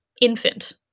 infant